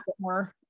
more